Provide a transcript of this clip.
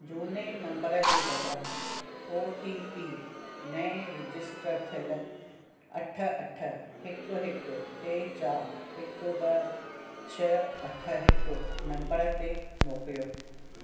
जूने नंबर जे बदिरां ओ टी पी नए रजिस्टर थियलु अठ अठ हिकु हिकु टे चारि हिकु ॿ छह अठ हिकु नंबर ते मोकिलियो